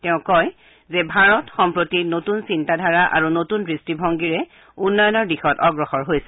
তেওঁ কয় যে ভাৰত সম্প্ৰতি নতুন চিন্তাধাৰা আৰু নতুন দৃষ্টিভংগীৰে উন্নয়নৰ দিশত অগ্ৰসৰ হৈছে